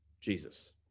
Jesus